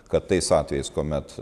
kad tais atvejais kuomet